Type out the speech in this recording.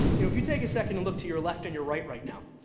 you know if you take a second look to your left and your right, right now,